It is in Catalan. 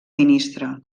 ministre